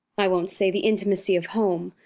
i won't say the intimacy of home,